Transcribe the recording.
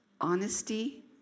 honesty